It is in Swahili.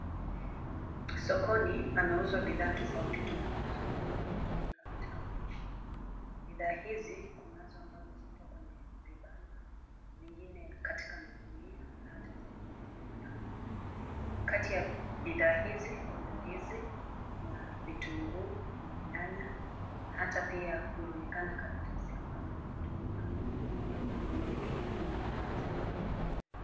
Sokoni panauzwa bidhaa tofauti tofauti ambazo zinatumika katika upishi. Bidhaa hizi, kunazo ambazo ziko kwenye vibanda, zingine katika magunia na hata zingine kwenye vikapu. Kati ya bidhaa hizi, kuna: ndizi, kuna vitunguu, kuna nyanya na hata pia kunaonekana karatasi ambazo zinatumika kuweza kumwekea mnunuzi.